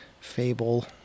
fable